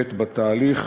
מחייבת בתהליך,